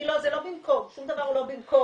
זה לא במקום, שום דבר לא במקום.